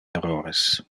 errores